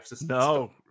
No